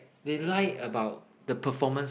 they lie about the performance